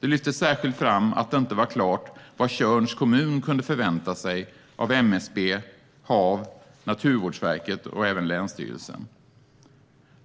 Det lyftes särskilt fram att det inte var klart vad Tjörns kommun kunde förvänta sig av MSB, HaV, Naturvårdsverket och även länsstyrelsen.